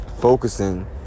focusing